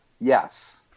Yes